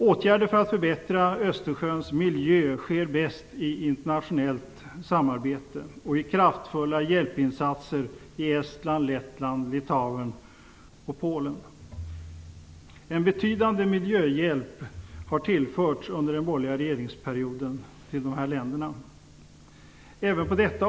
Åtgärder för att förbättra Östersjöns miljö sker bäst i internationellt samarbete och i kraftfulla hjälpinsatser i Estland, Lettland, Litauen och Polen. En betydande miljöhjälp har under den borgerliga regeringsperioden tillförts dessa länder.